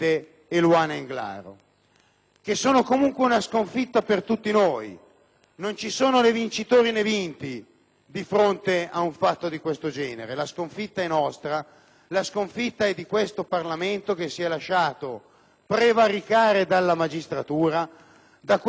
non ci sono vincitori né vinti di fronte a un fatto di questo genere! La sconfitta è nostra, cioè del Parlamento, che si è lasciato prevaricare dalla magistratura, che come al solito non si limita ad applicare la legge